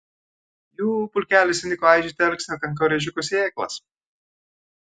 jų pulkelis įniko aižyti alksnio kankorėžiukų sėklas